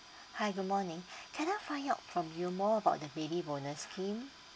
hi good morning can I find out from you more about the baby bonus scheme